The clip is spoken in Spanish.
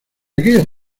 aquellos